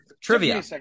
Trivia